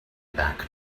back